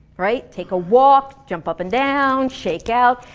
right? take a walk, jump up and down, shake out,